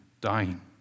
dying